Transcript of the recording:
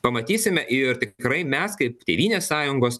pamatysime ir tikrai mes kaip tėvynės sąjungos